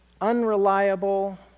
unreliable